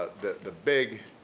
the big